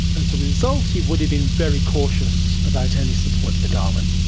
as a result he would have been very cautious about any support for darwin.